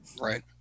right